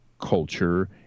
culture